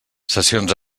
sessions